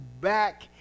back